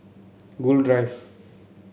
Gul Drive